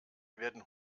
werden